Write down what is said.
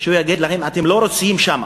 הוא יגיד לכם: אתם לא רצויים שם.